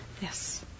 Yes